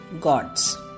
gods